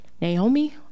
Naomi